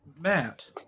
Matt